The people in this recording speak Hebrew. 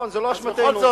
זאת לא אשמתנו.